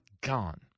gone